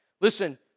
Listen